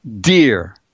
Dear